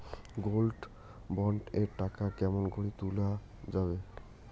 Gold bond এর টাকা কেমন করি তুলা যাবে?